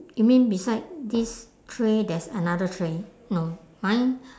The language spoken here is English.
you mean beside this tray there's another tray no mine